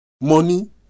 money